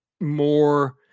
more